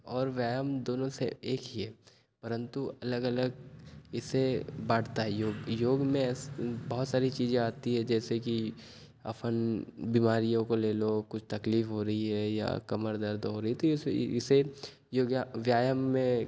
और व्यायाम दोनों स एक ही है परन्तु अलग अलग विषय बाँटता है योग योग में बहुत सारी चीजें आती हैं जैसे कि अपन बीमारियों को ले लो कुछ तकलीफ़ हो रही है या कमर दर्द हो रही तो ये इस इसे योगा व्यायाम में